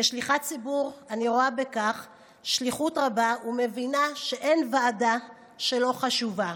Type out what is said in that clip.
כשליחת ציבור אני רואה בכך שליחות רבה ומבינה שאין ועדה שלא חשובה.